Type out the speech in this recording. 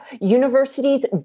Universities